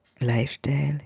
lifestyle